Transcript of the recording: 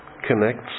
connects